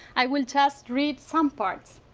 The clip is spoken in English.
i will just read some parts.